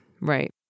Right